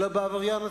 אלא בעבריין עצמו.